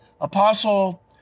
Apostle